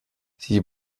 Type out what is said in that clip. sie